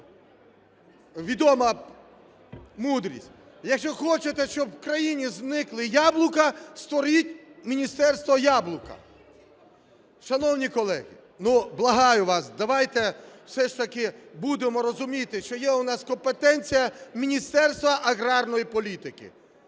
Відома мудрість: якщо хочете, щоб в країні зникли яблука, створіть міністерство яблука. Шановні колеги, ну, благаю вас, давайте все ж таки будемо розуміти, що є у нас компетенція Міністерства аграрної політики.